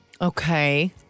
Okay